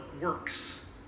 works